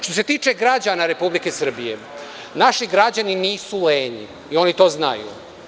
Što se tiče građana Republike Srbije, naši građani nisu lenji i oni to znaju.